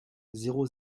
zéro